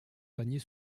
panier